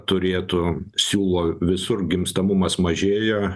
turėtų siūlo visur gimstamumas mažėja